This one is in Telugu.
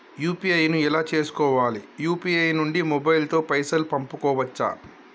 యూ.పీ.ఐ ను ఎలా చేస్కోవాలి యూ.పీ.ఐ నుండి మొబైల్ తో పైసల్ పంపుకోవచ్చా?